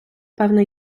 певне